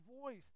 voice